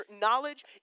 knowledge